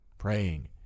praying